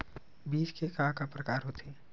बीज के का का प्रकार होथे?